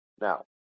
Now